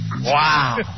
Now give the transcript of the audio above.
Wow